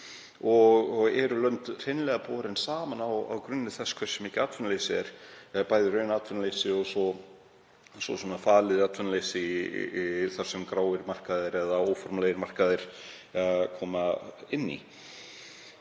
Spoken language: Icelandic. og lönd eru hreinlega borin saman á grunni þess hversu mikið atvinnuleysið er, bæði raunatvinnuleysi og svo falið atvinnuleysi þar sem gráir markaðir eða óformlegir markaðir koma inn í.